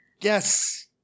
Yes